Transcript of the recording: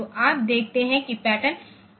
तो आप देखते हैं कि पैटर्न 90H है